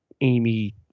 Amy